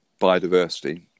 biodiversity